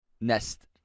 Nest